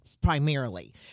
primarily